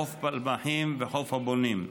חוף פלמחים וחוף הבונים.